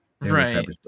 Right